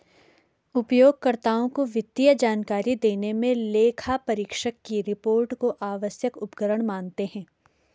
उपयोगकर्ताओं को वित्तीय जानकारी देने मे लेखापरीक्षक की रिपोर्ट को आवश्यक उपकरण मानते हैं